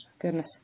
Goodness